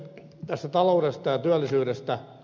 tästä taloudesta ja työllisyydestä